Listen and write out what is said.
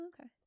Okay